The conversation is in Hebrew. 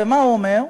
ומה הוא אומר?